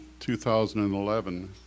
2011